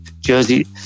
Jersey